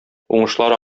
уңышлар